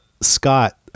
Scott